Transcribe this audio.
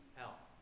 help